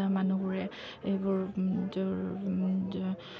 যা মানুহবোৰে এইবোৰ